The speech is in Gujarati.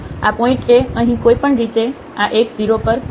આ પોઇન્ટએ અહીં કોઈપણ રીતે આ x 0 પર જાય છે